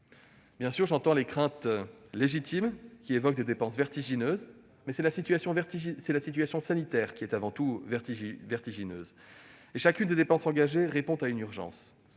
bien là. J'entends les craintes légitimes qui évoquent des dépenses vertigineuses, mais c'est la situation sanitaire qui est avant tout vertigineuse. Chacune des dépenses engagées répond à une urgence.